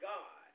God